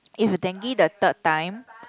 if dengue the third time